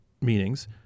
meanings